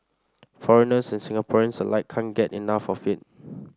foreigners and Singaporeans alike can't get enough of it